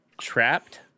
Trapped